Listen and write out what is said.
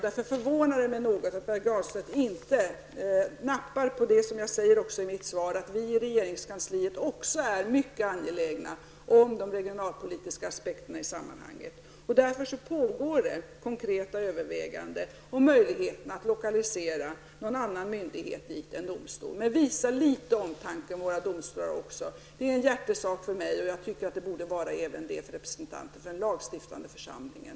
Därför förvånar det mig något att Pär Granstedt inte nappar på det som jag sade i mitt svar om att vi i regeringskansliet också är mycket angelägna om de regionalpolitiska aspekterna i sammanhanget och därför pågår konkreta överväganden om möjligheterna att lokalisera någon annan myndighet dit än en domstol. Visa litet omtanke om våra domstolar också. Det är en hjärtesak för mig, och jag tycker att det även borde vara det för representanter för den lagstiftande församlingen.